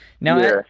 Now